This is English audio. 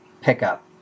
pickup